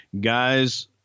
Guys